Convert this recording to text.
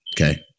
Okay